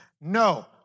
No